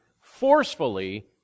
forcefully